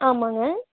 ஆமாம்ங்க